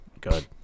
Good